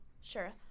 Sure